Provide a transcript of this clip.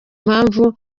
mpamvu